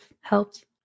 helped